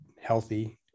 healthy